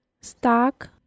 Stock